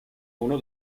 uno